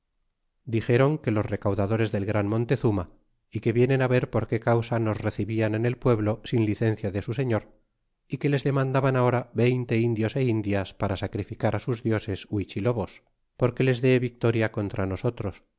dixéron que los recaudadores del gran mon tezuma e que vienen ver por qué causa nos recibian en el pueblo sin licencia do su señor y que les demandan ahora veinte indios é indias para sacrificará sus dioses iluithilobos porque les dé victoria contra nosotros